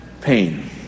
pain